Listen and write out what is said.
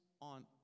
on